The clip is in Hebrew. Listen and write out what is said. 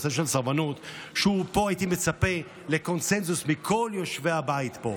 בנושא של סרבנות הייתי מצפה לקונסנזוס מכל יושבי הבית פה,